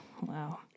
Wow